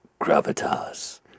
Gravitas